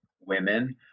women